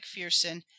McPherson